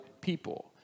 people